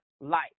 life